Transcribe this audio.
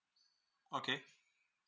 okay